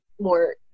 more